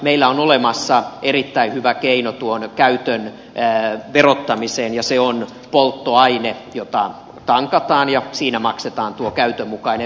meillä on olemassa erittäin hyvä keino tuon käytön verottamiseen ja se on polttoaine jota tankataan ja siinä maksetaan tuo käytön mukainen vero